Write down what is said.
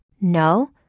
No